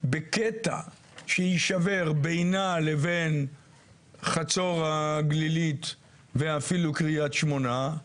בקטע שיישבר בינה לבין חצור הגלילית ואפילו קריית שמונה,